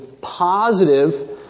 positive